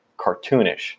cartoonish